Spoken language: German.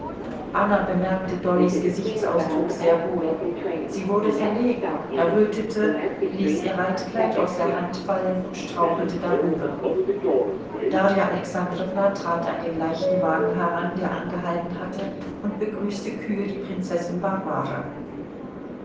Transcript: anna bemerkte dollys gesichtsausdruck sehr wohl sie wurde verlegen errötete ließ ihr reitkleid aus der hand fallen und strauchelte darüber darja alexandrowna trat an den leichten wagen heran der angehalten hatte und begrüßte kühl die prinzessin warwara